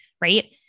right